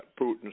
Putin